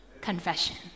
confession